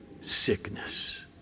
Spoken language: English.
sickness